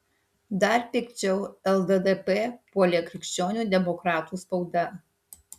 dar pikčiau lddp puolė krikščionių demokratų spauda